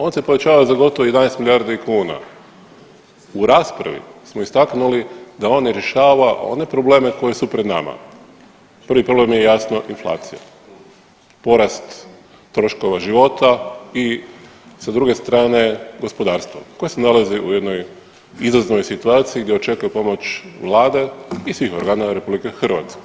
On se povećava za gotovo 11 milijardi kuna, u raspravi smo istaknuli da on ne rješava one probleme koji su pred nama, prvi problem je jasno inflacija, porast troškova života i sa druge strane gospodarstvo koje se nalazi u jednoj … situaciji gdje očekuje pomoć vlade i svih organa RH.